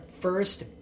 first